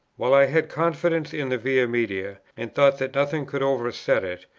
while i had confidence in the via media, and thought that nothing could overset it,